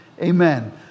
Amen